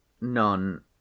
none